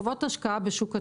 חובות השקעה בשוק התקשורת,